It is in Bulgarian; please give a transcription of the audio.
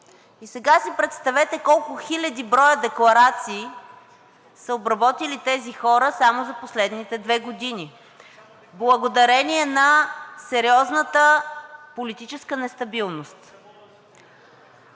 и сега си представете колко хиляди броя декларации са обработили тези хора само за последните две години благодарение на сериозната политическа нестабилност.